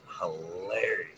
Hilarious